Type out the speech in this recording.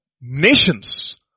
nations